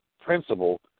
principle